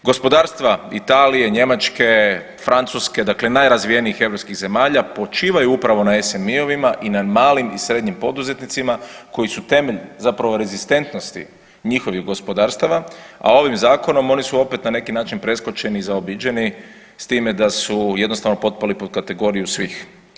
Gospodarstva Italije, Njemačke, Francuske, dakle najrazvijenijih europskih zemalja počivaju upravo na SMI-ovima i na malim i srednjim poduzetnicima koji su temelj zapravo rezistentnosti njihovih gospodarstava, a ovim Zakonom, oni su opet na neki način preskočeni i zaobiđeni s time da su jednostavno potpali pod kategoriju svih.